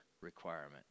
requirement